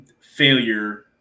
failure